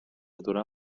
durar